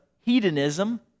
hedonism